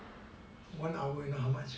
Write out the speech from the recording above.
one hour you know how much